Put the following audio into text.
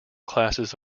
classes